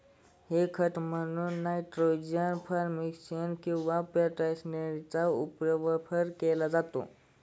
हे खत म्हणून नायट्रोजन, फॉस्फरस किंवा पोटॅशियमचा पुरवठा केला जातो